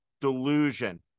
delusion